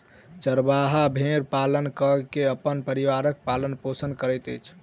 चरवाहा भेड़ पालन कय के अपन परिवारक पालन पोषण करैत अछि